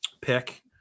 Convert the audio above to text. pick